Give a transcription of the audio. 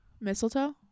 Mistletoe